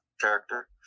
character